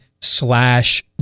slash